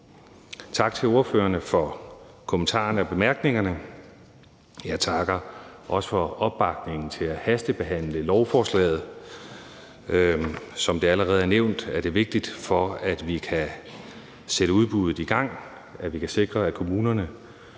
Tak til ordførerne for kommentarerne og bemærkningerne. Jeg takker også for opbakningen til at hastebehandle lovforslaget. Som det allerede er nævnt, er det vigtigt, for at vi kan sætte udbuddet i gang, at vi kan sikre, at kommunerne